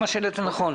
מה שהעלית הוא נכון.